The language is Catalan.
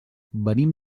venim